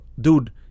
Dude